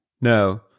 no